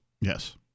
Yes